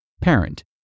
Parent